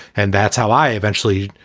and that's how i eventually,